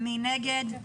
מי נגד?